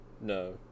No